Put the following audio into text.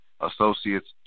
associates